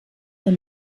der